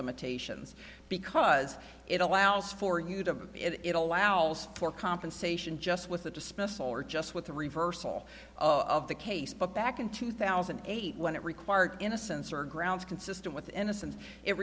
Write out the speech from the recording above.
limitations because it allows for you to it allows for compensation just with the dismissal or just with the reversal of the case but back in two thousand and eight when it required innocence or grounds consistent with innocence it